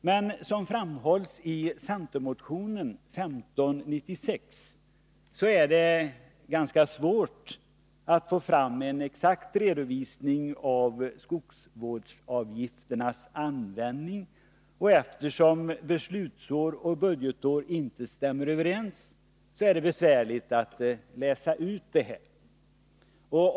Men som framhålls i centermotion 1596 är det ganska svårt att få fram en exakt redovisning beträffande skogsvårdsavgifternas användning, och eftersom beslutsår och budgetår inte stämmer överens är det besvärligt att tolka uppgifterna.